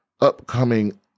upcoming